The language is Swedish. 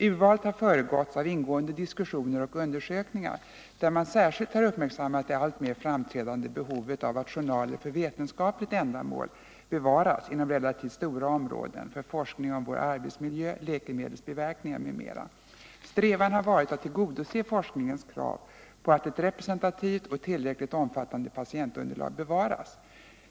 Urvalet har föregåtts av ingående diskussioner och undersökningar, där man särskilt har uppmärksammat det alltmer framträdande behovet av att journaler för vetenskapligt ändamål bevaras inom relativt stora områden för forskning om vår arbetsmiljö, läkemedelsbiverkningar m.m. Strävan har varit att tillgodose forskningens krav på att ett representativt och tillräckligt omfattande patientunderlag bevaras.